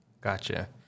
gotcha